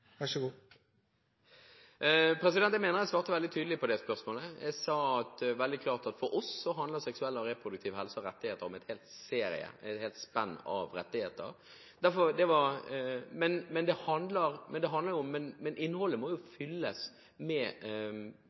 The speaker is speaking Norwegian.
svarte veldig tydelig på det spørsmålet. Jeg sa veldig klart at for oss handler seksuell og reproduktiv helse – og rettigheter – om et helt spenn av rettigheter. Men begrepet må fylles med innhold utfra hvert enkelt lands ambisjoner om hva det er man klarer å få til. Vi kan ikke pålegge andre land noe som helst, men